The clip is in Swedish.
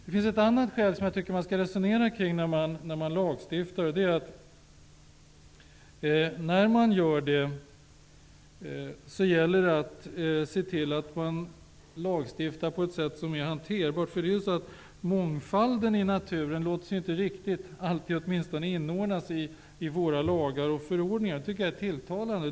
Det finns ett annat skydd som jag tycker att man skall resonera kring när man lagstiftar. När man lagstiftar gäller det att se till att man gör det så att det blir hanterbart, för mångfalden i naturen låter sig inte alltid riktigt inordna sig i våra lagar och förordningar -- det tycker jag är tilltalande.